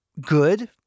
good